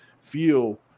feel